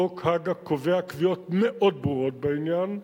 חוק הג"א קובע קביעות מאוד ברורות בעניין,